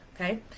okay